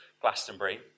Glastonbury